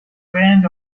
friend